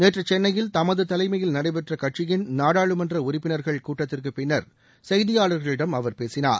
நேற்று சென்னையில் தமது தலைமையில் நடைபெற்ற கட்சியின் நாடாளுமன்ற உறுப்பினர்கள் கூட்டத்திற்கு பின்னர் செய்தியாளர்களிடம் அவர் பேசினார்